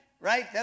right